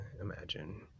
imagine